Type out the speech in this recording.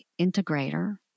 integrator